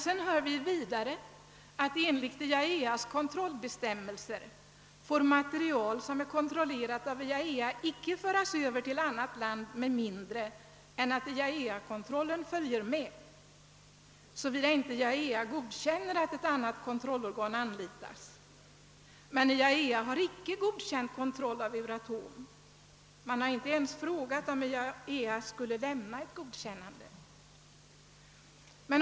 Sedan får vi emellertid höra att enligt IAEA:s kontrollbestämmelser material som är kontrollerat av IAEA icke får föras över till an nat land med mindre än att TAEA-kontrollen följer med, såvida inte IAEA godkänner att ett annat kontrollorgan anlitas. Men IAEA har icke godkänt kontroll av Euratom. Man har inte ens frågat, om IAEA skulle lämna ett godkännande.